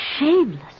Shameless